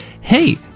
hey